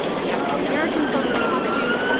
the african-american folks i talked to,